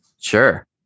Sure